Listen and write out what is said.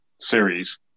series